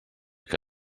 que